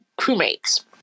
crewmates